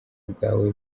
bwawe